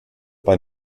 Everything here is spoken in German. bei